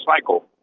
cycle